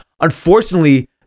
Unfortunately